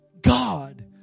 God